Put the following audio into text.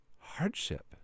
hardship